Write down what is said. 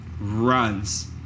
runs